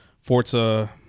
Forza